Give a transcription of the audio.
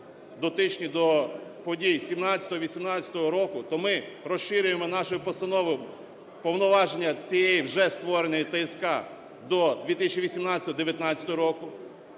дотичні до подій 2017-2018 року, то ми розширюємо нашою постановою повноваження цієї вже створеної ТСК до 2018-2019-го року.